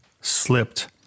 slipped